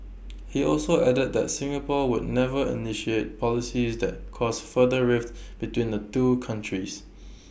he also added that Singapore would never initiate policies that cause further rift between the two countries